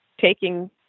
taking